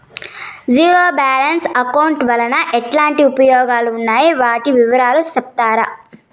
Zero balance account వలన ఎట్లాంటి ఉపయోగాలు ఉన్నాయి? వాటి వివరాలు సెప్తారా?